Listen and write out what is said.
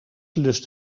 lust